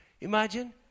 Imagine